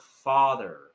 father